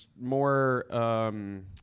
more